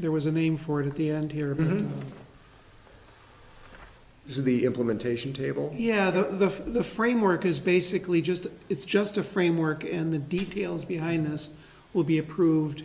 there was a name for it at the end here is the implementation table yeah the the framework is basically just it's just a framework in the details behind this will be approved